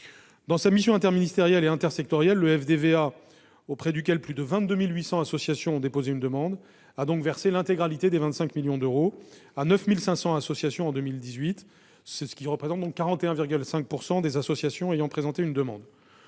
de sa mission interministérielle et intersectorielle, le FDVA, auprès duquel plus de 22 800 associations ont déposé une demande, a donc versé en 2018 l'intégralité des 25 millions d'euros à 9 500 associations, soit 41,5 % des associations ayant présenté un dossier.